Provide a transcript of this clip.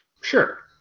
Sure